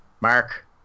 Mark